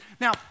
Now